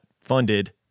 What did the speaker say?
funded